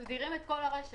בזה נוכל להסדיר את כל הרשת